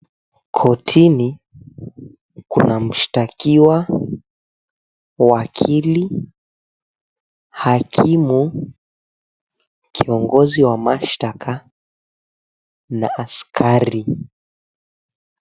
Kortini kuna mshtakiwa, wakili, hakimu, kiongozi wa mashtaka na askari.